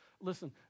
Listen